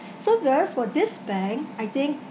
so where else for this bank I think